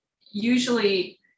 usually